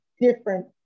different